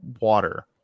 water